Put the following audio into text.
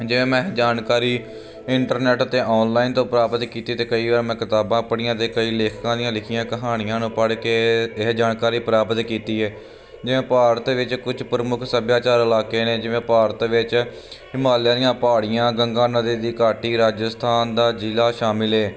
ਜਿਵੇਂ ਮੈਂ ਜਾਣਕਾਰੀ ਇੰਟਰਨੈਟ 'ਤੇ ਓਨਲਾਈਨ ਤੋਂ ਪ੍ਰਾਪਤ ਕੀਤੀ ਅਤੇ ਕਈ ਵਾਰ ਮੈਂ ਕਿਤਾਬਾਂ ਪੜ੍ਹੀਆਂ ਅਤੇ ਕਈ ਲੇਖਕਾਂ ਦੀਆਂ ਲਿਖੀਆਂ ਕਹਾਣੀਆਂ ਨੂੰ ਪੜ੍ਹ ਕੇ ਇਹ ਜਾਣਕਾਰੀ ਪ੍ਰਾਪਤ ਕੀਤੀ ਹੈ ਜਿਵੇਂ ਭਾਰਤ ਦੇ ਵਿੱਚ ਕੁਝ ਪ੍ਰਮੁੱਖ ਸੱਭਿਆਚਾਰ ਇਲਾਕੇ ਨੇ ਜਿਵੇਂ ਭਾਰਤ ਵਿੱਚ ਹਿਮਾਲਿਆ ਦੀਆਂ ਪਹਾੜੀਆਂ ਗੰਗਾ ਨਦੀ ਦੀ ਘਾਟੀ ਰਾਜਸਥਾਨ ਦਾ ਜ਼ਿਲ੍ਹਾ ਸ਼ਾਮਿਲ ਹੈ